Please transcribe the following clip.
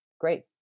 great